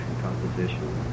composition